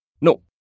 No